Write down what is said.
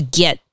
get